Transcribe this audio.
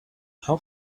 how